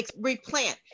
replant